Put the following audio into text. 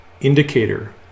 indicator